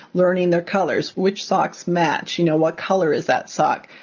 learning their colors, which socks match, you know, what color is that sock?